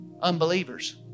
unbelievers